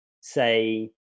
say